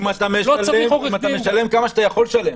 אם אתה משלם כמה שאתה יכול לשלם.